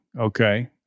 okay